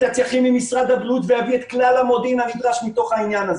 הצרכים ממשרד הבריאות ויביא את כלל המודיעין הנדרש מתוך העניין הזה.